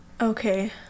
okay